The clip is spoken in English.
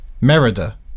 merida